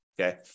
okay